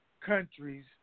countries